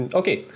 okay